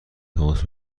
تماس